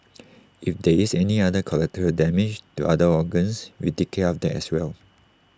if there is any other collateral damage to other organs we take care of that as well